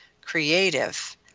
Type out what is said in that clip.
creative